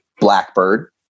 blackbird